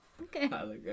Okay